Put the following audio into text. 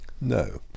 No